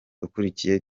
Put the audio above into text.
ukuriye